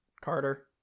carter